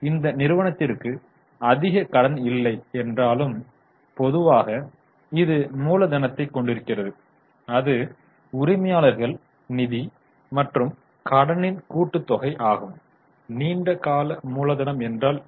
இந்த நிறுவனத்திற்கு அதிக கடன் இல்லை என்றாலும் பொதுவாக இது மூலதனத்தைக் கொண்டிருக்கிறது அது உரிமையாளர்கள் நிதி மற்றும் கடனின் கூட்டு தொகையாகும் நீண்ட கால மூலதனம் என்றால் என்ன